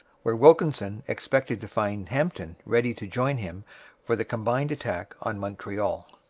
where wilkinson expected to find hampton ready to join him for the combined attack on montreal.